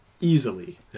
Easily